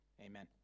Amen